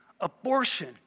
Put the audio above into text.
abortion